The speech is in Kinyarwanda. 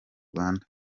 rwanda